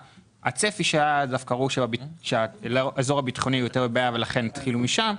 הצפי שהיה היה שהאזור הביטחוני הוא יותר בעייתי ולכן התחילו שם.